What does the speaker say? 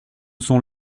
sont